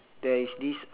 there is this